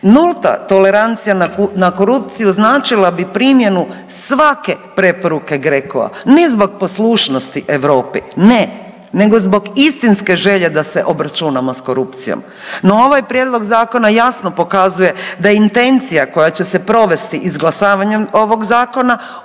Nulta tolerancija na korupciju značila bi primjenu svake preporuke GRECO-a ni zbog poslušnosti Europi ne, nego zbog istinske želje da se obračunamo s korupcijom. No ovaj Prijedlog zakona jasno pokazuje da je intencija koja će se provesti izglasavanjem ovoga Zakona